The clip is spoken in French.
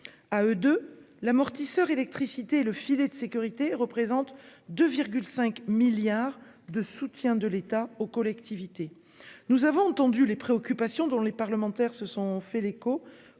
À eux de l'amortisseur électricité le filet de sécurité représente 2, 5 milliards de soutien de l'État aux collectivités, nous avons entendu les préoccupations dont les parlementaires se sont fait l'écho